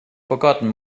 forgotten